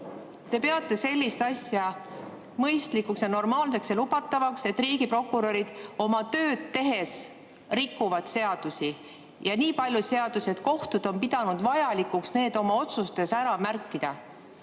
te peate sellist asja mõistlikuks, normaalseks ja lubatavaks, et riigiprokurörid oma tööd tehes rikuvad seadusi ja nii palju seadusi, et kohtud on pidanud vajalikuks need oma otsustes ära märkida.